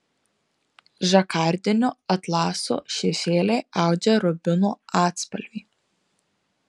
žakardinio atlaso šešėliai audžia rubino atspalvį